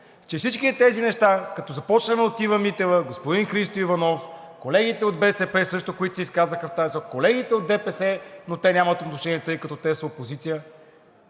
че всичките тези неща, като започнем от Ива Митева, господин Христо Иванов, колегите от БСП също, които се изказаха, колегите от ДПС, но те нямат отношение, тъй като те са опозиция,